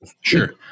Sure